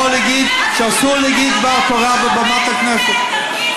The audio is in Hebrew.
להגיד שאסור להגיד דבר תורה על במת הכנסת.